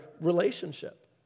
relationship